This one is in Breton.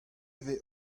vez